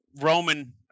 Roman